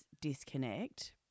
disconnect